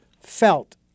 felt